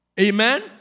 Amen